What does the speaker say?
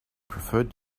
preferred